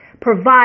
provide